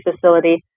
facility